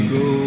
go